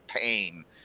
pain